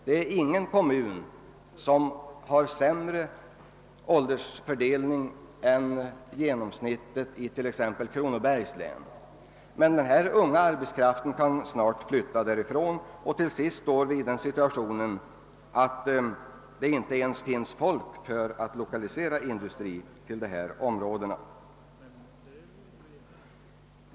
Där finns ingen kommun som har sämre åldersfördelning än genomsnittet i t.ex. Kronobergs län. Men den unga arbetskraften kan snart flytta bort, och till sist står vi i den situationen att det inte ens finns folk för att lokalisera industri till Västerbotten.